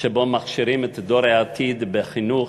שבו מכשירים את דור העתיד בחינוך,